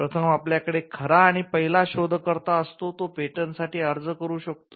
प्रथम आपल्याकडे खरा आणि पहिला शोधकर्ता असतो तो पेटंटसाठी अर्ज करू शकतो